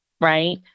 right